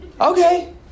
Okay